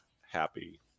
happy